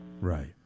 Right